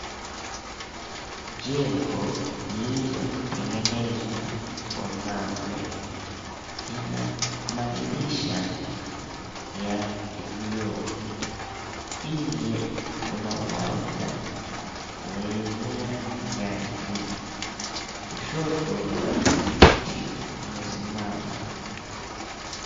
Jengo lililotengenezwa kwa mawe lina madirisha ya vioo. Nje kuna uwanja wenye nyasi. Kushoto mti umesimama.